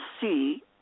see